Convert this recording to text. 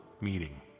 meeting